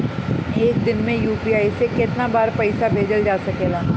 एक दिन में यू.पी.आई से केतना बार पइसा भेजल जा सकेला?